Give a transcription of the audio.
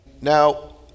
Now